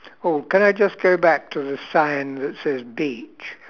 oh can I just go back to the sign that says beach